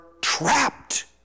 trapped